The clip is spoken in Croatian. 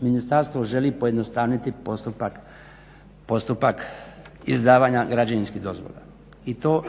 ministarstvo želi pojednostaviti postupak izdavanja građevinskih dozvola